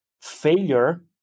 Failure